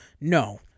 No